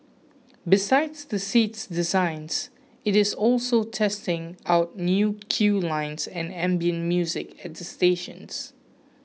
besides the seats designs it is also testing out new queue lines and ambient music at the stations